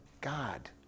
God